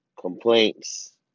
complaints